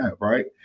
right